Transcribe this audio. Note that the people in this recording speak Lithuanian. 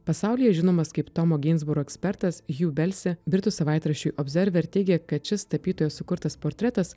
pasaulyje žinomas kaip tomo ginsburo ekspertas hju belsi britų savaitraščiui obzerver teigia kad šis tapytojo sukurtas portretas